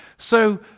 so